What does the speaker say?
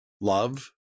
love